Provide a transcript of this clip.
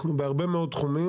בהרבה מאוד תחומים